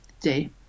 day